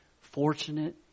fortunate